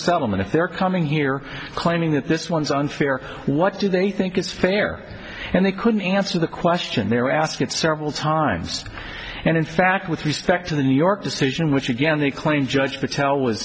settlement if they're coming here claiming that this one is unfair what do they think is fair and they couldn't answer the question they were asked several times and in fact with respect to the new york decision which again they claim judge patel w